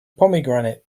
pomegranate